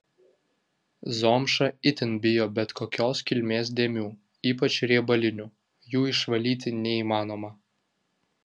zomša itin bijo bet kokios kilmės dėmių ypač riebalinių jų išvalyti neįmanoma